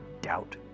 doubt